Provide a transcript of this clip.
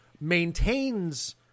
maintains